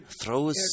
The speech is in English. throws